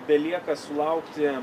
belieka sulaukti